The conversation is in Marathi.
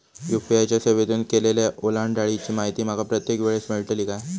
यू.पी.आय च्या सेवेतून केलेल्या ओलांडाळीची माहिती माका प्रत्येक वेळेस मेलतळी काय?